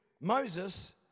Moses